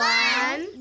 one